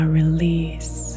release